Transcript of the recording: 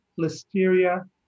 Listeria